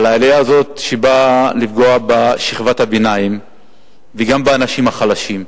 אבל העלייה הזאת באה לפגוע בשכבת הביניים וגם באנשים החלשים.